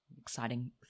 exciting